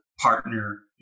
partner